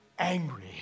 angry